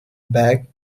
back